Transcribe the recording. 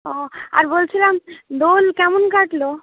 ওহ আর বলছিলাম দোল কেমন কাটলো